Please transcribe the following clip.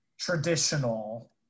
traditional